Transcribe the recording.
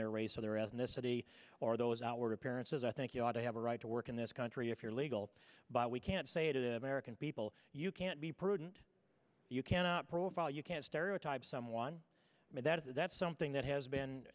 their race or their ethnicity or those outward appearances i think you ought to have a right to work in this country if you're legal but we can't say it american people you can't be prudent you cannot profile you can't stereotype someone made that that's something that has been